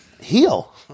heal